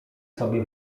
sobie